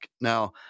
Now